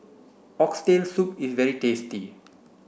oxtail soup is very tasty